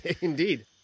Indeed